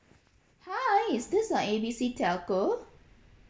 hi is this uh A B C telco